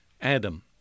Adam